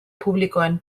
publikoen